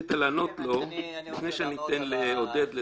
רצית לענות לו לפני שאני נותן לעודד לדבר.